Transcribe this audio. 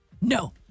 No